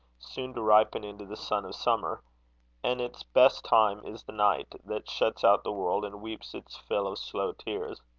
soon to ripen into the sun of summer and its best time is the night, that shuts out the world and weeps its fill of slow tears.